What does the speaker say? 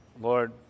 Lord